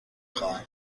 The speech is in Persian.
خواهم